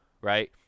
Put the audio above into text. right